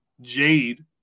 Jade